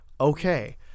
Okay